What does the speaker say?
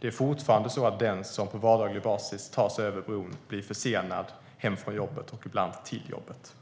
Det är fortfarande så att den som på vardaglig basis tar sig över bron blir försenad hem från jobbet och ibland till jobbet.